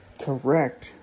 correct